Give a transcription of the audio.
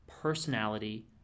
personality